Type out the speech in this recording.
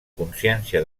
consciència